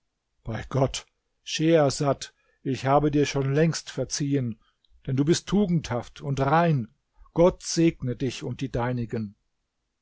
bei gott schehersad ich habe dir schon längst verziehen denn du bist tugendhaft und rein gott segne dich und die deinigen